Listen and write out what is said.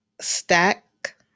stack